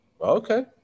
Okay